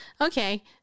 Okay